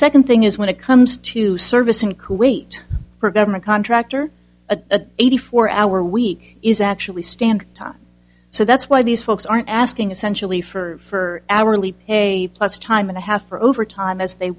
second thing is when it comes to service in kuwait for a government contractor a eighty four hour week is actually standard time so that's why these folks aren't asking essentially for hourly pay plus time and a half for overtime as they